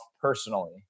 personally